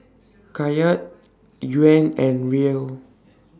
Kyat Yuan and Riel